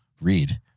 read